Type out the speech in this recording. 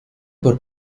por